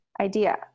idea